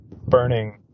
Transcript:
burning